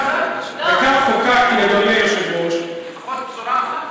וכך או כך, אדוני היושב-ראש, לפחות בשורה אחת.